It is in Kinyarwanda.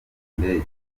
ndege